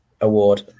award